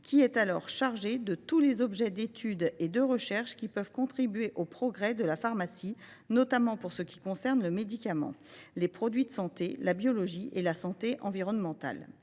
« de s’occuper de tous les objets d’étude et de recherche qui peuvent contribuer aux progrès de la pharmacie, notamment pour ce qui concerne le médicament, les produits de santé, la biologie et la santé environnementale